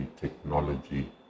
technology